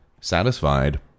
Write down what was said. satisfied